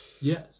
Yes